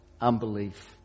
unbelief